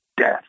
death